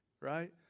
right